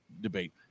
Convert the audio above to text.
debate